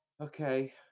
okay